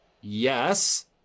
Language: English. yes